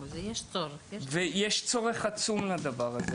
יש צורך עצום לזה.